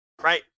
right